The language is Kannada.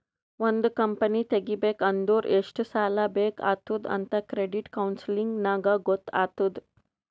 ಒಂದ್ ಕಂಪನಿ ತೆಗಿಬೇಕ್ ಅಂದುರ್ ಎಷ್ಟ್ ಸಾಲಾ ಬೇಕ್ ಆತ್ತುದ್ ಅಂತ್ ಕ್ರೆಡಿಟ್ ಕೌನ್ಸಲಿಂಗ್ ನಾಗ್ ಗೊತ್ತ್ ಆತ್ತುದ್